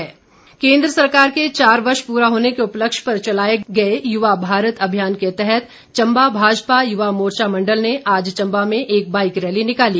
bike rally केन्द्र सरकार के चार वर्ष पूरा होने के उपलक्ष्य पर चलाए किए गए युवा भारत अभियान के तहत चंबा भाजपा युवा मोर्चा मंडल ने आज चंबा में एक बाईक रैली निकाली